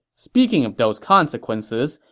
speaking of those consequences,